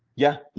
yeah,